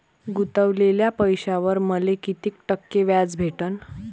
गुतवलेल्या पैशावर मले कितीक टक्के व्याज भेटन?